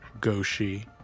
Goshi